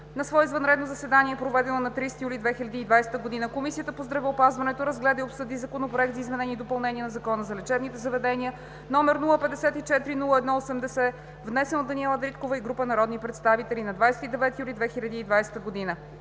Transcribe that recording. На свое извънредно заседание, проведено на 30 юли 2020 г., Комисията по здравеопазването разгледа и обсъди Законопроект за изменение и допълнение на Закона за лечебните заведения, № 054-01-80, внесен от Даниела Дариткова и група народни представители на 29 юли 2020 г.